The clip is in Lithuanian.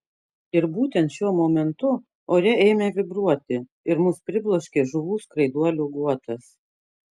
ir būtent šiuo momentu ore ėmė vibruoti ir mus pribloškė žuvų skraiduolių guotas